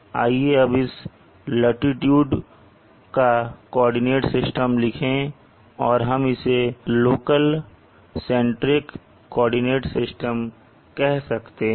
आइए अब इस लाटीट्यूड का कोऑर्डिनेट सिस्टम लिखें और हम इसे लोकल सेंट्रिक कोऑर्डिनेट सिस्टम कह सकते हैं